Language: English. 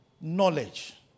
knowledge